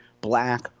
black